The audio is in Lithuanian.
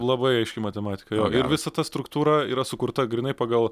labai aiški matematika ir visa ta struktūra yra sukurta grynai pagal